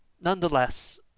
nonetheless